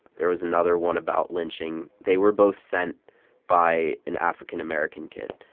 there was another one about lynching. they were both sent by an african american kid.